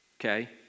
Okay